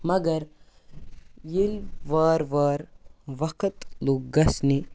مَگر ییٚلہِ وارٕ وارٕ وقت لوٚگ گژھنہِ